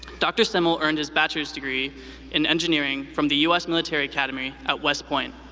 dr. semmel earned his bachelor's degree in engineering from the u s. military academy at west point.